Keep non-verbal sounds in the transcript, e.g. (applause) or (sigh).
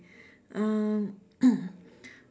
uh (coughs)